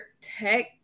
tech